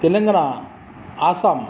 Telangana Assam